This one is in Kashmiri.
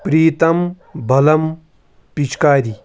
پریٖتَم بَلم پِچکاری